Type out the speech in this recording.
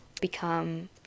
become